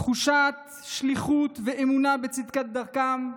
תחושת שליחות ואמונה בצדקה דרכם,